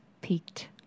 peaked